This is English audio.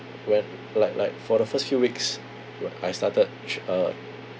when like like for the first few weeks when I started tr~ uh